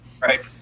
Right